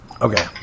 Okay